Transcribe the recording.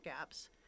gaps